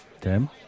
Tim